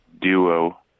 duo